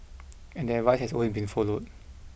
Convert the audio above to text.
and that advice has always been followed